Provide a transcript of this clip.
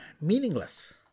meaningless